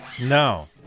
No